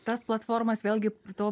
tas platformas vėlgi to